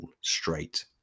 straight